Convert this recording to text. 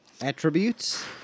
Attributes